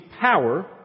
power